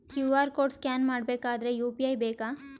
QR code scan ಮಾಡಬೇಕಾದರೆ UPI ಬೇಕಾ?